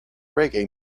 reggae